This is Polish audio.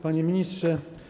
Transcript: Panie Ministrze!